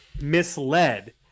misled